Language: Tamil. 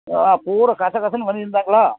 பூரா கச கசன்னு பண்ணி இருந்தாங்களா